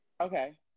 Okay